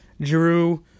drew